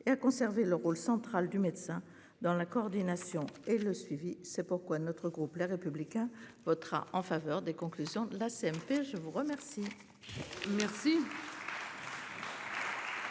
et à conserver le rôle central du médecin dans la coordination et le suivi. C'est pourquoi notre groupe Les Républicains votera en faveur des conclusions de la CMP. Je vous remercie.